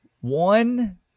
One